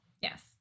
Yes